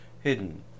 hidden